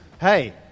hey